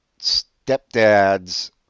stepdad's